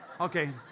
Okay